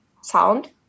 sound